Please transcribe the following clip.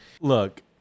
Look